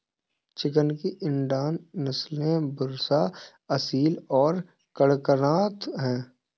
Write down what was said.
chicken की Indian नस्लें बुसरा, असील और कड़कनाथ हैं